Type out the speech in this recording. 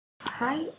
Hi